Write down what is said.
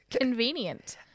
Convenient